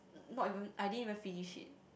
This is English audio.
not even I didn't even finish it